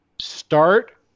start